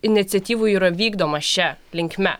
iniciatyvų jau yra vykdoma šia linkme